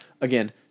Again